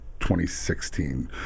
2016